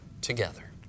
together